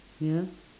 ya